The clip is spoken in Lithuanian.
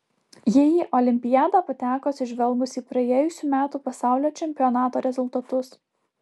jie į olimpiadą pateko atsižvelgus į praėjusių metų pasaulio čempionato rezultatus